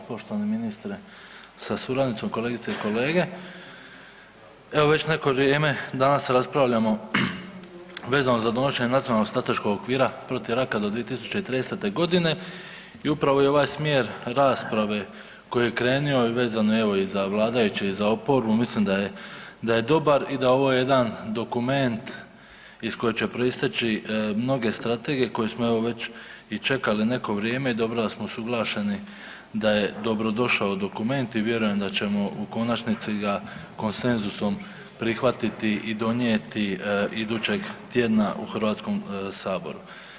Poštovani ministre sa suradnicom, kolegice i kolege, evo već neko vrijeme danas raspravljamo vezano za donošenje Nacionalnog strateškog okvira protiv raka do 2030. godine i upravo je ovaj smjer rasprave koji je krenio vezano evo i za vladajuće i za oporbu, mislim da je dobar i da je ovo jedan dokument iz kojeg će proisteći mnoge strategije koje smo evo već i čekali neko vrijeme i dobro da smo usuglašeni da je dobrodošao dokument i vjerujem da ćemo u konačnici ga konsenzusom prihvatiti i donijeti idućeg tjedna u Hrvatskom saboru.